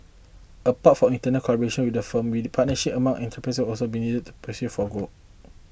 apart from internal collaboration within a firm partnership among enterprise will also be needed in their pursuit for growth